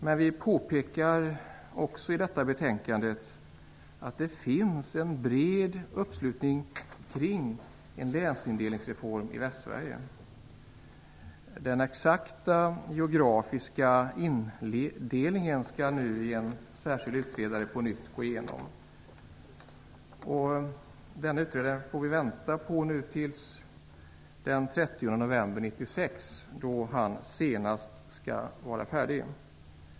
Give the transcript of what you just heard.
Men vi påpekar också i detta betänkande att det finns en bred uppslutning kring en länsindelningsreform i Västsverige. Den exakta geografiska indelningen skall en särskild utredare nu på nytt gå igenom. Denne utredare får vi nu vänta på till den 30 november 1996, då han senast skall vara färdig.